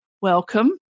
welcome